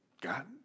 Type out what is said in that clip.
God